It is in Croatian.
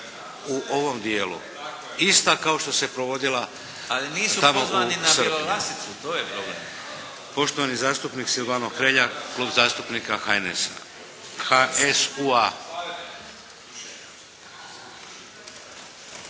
u ovom dijelu. Ista kao što se provodila tamo u … /Govornik se ne razumije./ …… /Upadica: Ali nisu pozvani na Bjelolasicu, to je problem./ … Poštovani zastupnik Silvano Hrelja. Klub zastupnika HNS-a, HSU-a.